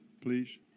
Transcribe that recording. please